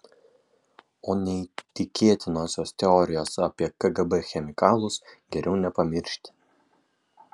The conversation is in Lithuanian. o neįtikėtinosios teorijos apie kgb chemikalus geriau nepamiršti